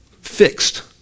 fixed